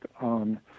on